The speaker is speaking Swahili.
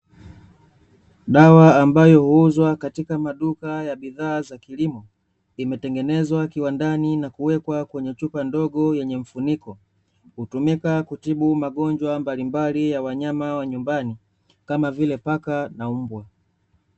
Dawa ambayo huuzwa katika maduka ya bidhaa za kilimo imetengenezwa kiwandani na kuwekwa kwenye chupa ndogo yenye mfuniko. Hutumika kutibu magonjwa mbalimbali ya wanyama wa nyumbani kama vile paka na mbwa.